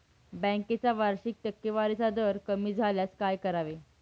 बँकेचा वार्षिक टक्केवारीचा दर कमी झाल्यास काय करावे?